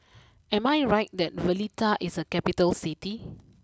am I right that Valletta is a capital City